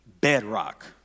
bedrock